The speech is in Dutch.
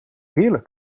heerlijk